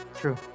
True